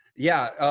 yeah.